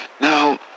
Now